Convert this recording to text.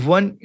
One